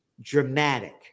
dramatic